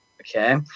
Okay